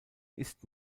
ist